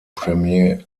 premier